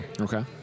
Okay